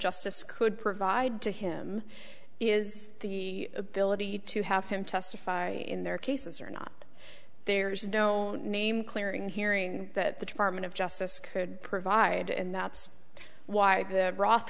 justice could provide to him is the ability to have him testify in their cases or not there's no name clearing hearing that the department of justice could provide and that's why th